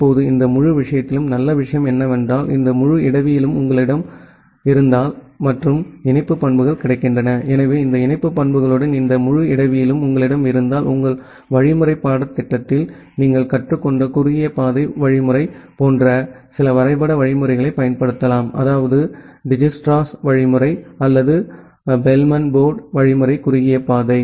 இப்போது இந்த முழு விஷயத்திலும் நல்ல விஷயம் என்னவென்றால் இந்த முழு இடவியலும் உங்களிடம் இருந்தால் மற்றும் இணைப்பு பண்புகள் கிடைக்கின்றன எனவே இந்த இணைப்பு பண்புகளுடன் இந்த முழு இடவியலும் உங்களிடம் இருந்தால் உங்கள் வழிமுறை பாடத்திட்டத்தில் நீங்கள் கற்றுக்கொண்ட குறுகிய பாதை வழிமுறை போன்ற சில வரைபட வழிமுறைகளைப் பயன்படுத்தலாம் அதாவது டிஜ்க்ஸ்ட்ராவின் வழிமுறை அல்லது பெல்மேன் ஃபோர்டு வழிமுறை குறுகிய பாதை